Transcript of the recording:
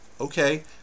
Okay